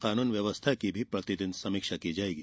कानून व्यवस्था की प्रति दिन समीक्षा की जायेगी